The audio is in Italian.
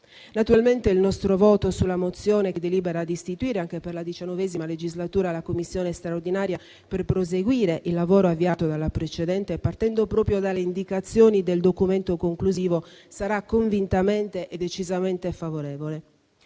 Naturalmente, il nostro voto sulla mozione che delibera di istituire, anche per la XIX legislatura, la Commissione straordinaria per proseguire il lavoro avviato dalla precedente, partendo proprio dalle indicazioni del documento conclusivo, sarà convintamente e decisamente favorevole.